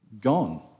gone